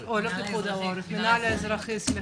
האזרחי,